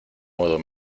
modo